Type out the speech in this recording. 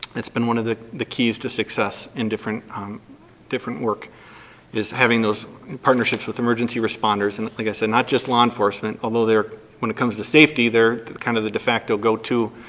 it's been one of the the keys to success in different different work is having those partnerships with emergency responders and like i said, not just law enforcement, although when it comes to safety, they're kind of the de facto go to,